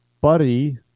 Buddy